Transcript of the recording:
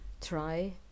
try